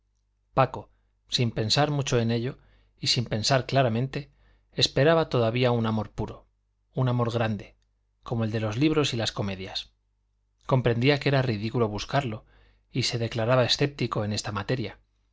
paco sin pensar mucho en ello y sin pensar claramente esperaba todavía un amor puro un amor grande como el de los libros y las comedias comprendía que era ridículo buscarlo y se declaraba escéptico en esta materia